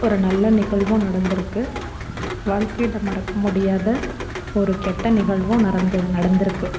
ஒரு நல்ல நிகழ்வும் நடந்துருக்குது வாழ்க்கையில் மறக்க முடியாத ஒரு கெட்ட நிகழ்வும் நடந்துரு நடந்துருக்குது